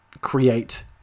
create